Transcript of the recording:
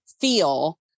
feel